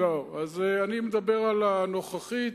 לא, אז אני מדבר על הנוכחית.